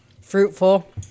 fruitful